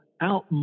out